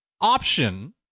option